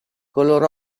color